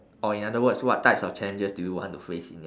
or in other words what types of challenges do you want to face in your work